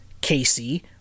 Casey